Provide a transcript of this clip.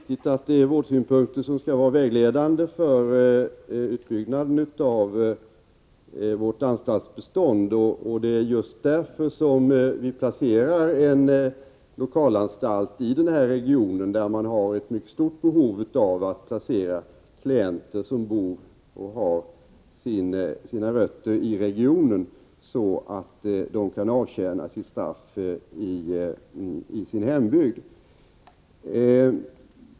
Herr talman! Det är alldeles riktigt att det är vårdsynpunkterna som skall vara vägledande när det gäller utbyggnaden av vårt anstaltsbestånd. Det är just därför som vi placerar en lokalanstalt i nämnda region, där man har ett mycket stort behov av att placera klienter som bor och har sina rötter i regionen så, att de kan avtjäna sitt straff i sin hembygd.